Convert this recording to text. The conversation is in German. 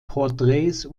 porträts